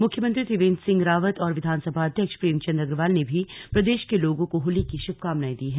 मुख्यमंत्री त्रिवेंद्र सिंह रावत और विधानसभा अध्यक्ष प्रेमचंद अग्रवाल ने भी प्रदेश के लोगों को होली की शुभकामनाएं दी है